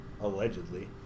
allegedly